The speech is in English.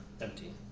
empty